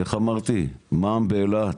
איך אמרתי מע"מ באילת,